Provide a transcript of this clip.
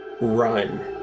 run